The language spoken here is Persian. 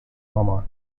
مامان